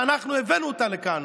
שאנחנו הבאנו אותם לכאן,